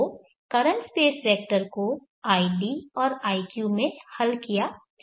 तो current space vector को id और iq में हल किया जा सकता है